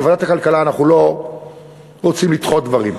בוועדת הכלכלה אנחנו לא רוצים לדחות דברים,